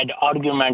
argument